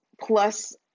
plus